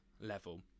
level